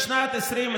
בשנת 2021